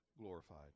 Glorified